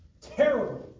terrible